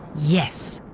yes,